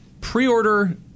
Pre-order